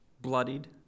bloodied